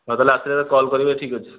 ହଉ ତାହାଲେ ଆସିଲାବେଳେ କଲ କରିବେ ଠିକ୍ ଅଛି